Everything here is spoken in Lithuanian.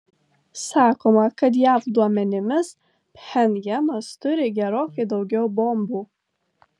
sakoma kad jav duomenimis pchenjanas turi gerokai daugiau bombų